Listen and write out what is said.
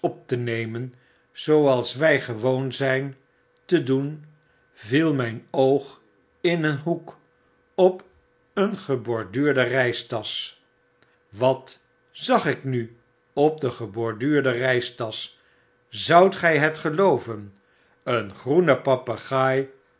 op te nemen zooals wy gewoon zyn te doen viel myn oog in een hoek op een geborduurde eeistasch wat zag ik nu op de geborduurde eeistasch zoudt gij het gelooven een groenen papegaai